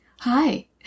Hi